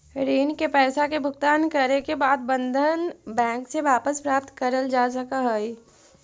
ऋण के पईसा के भुगतान करे के बाद बंधन बैंक से वापस प्राप्त करल जा सकऽ हई